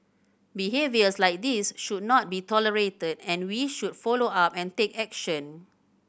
behaviours like this should not be tolerated and we should follow up and take action